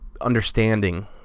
understanding